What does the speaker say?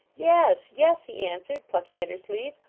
yes, yes he answered, plucking at her sleeve.